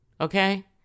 Okay